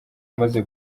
amaze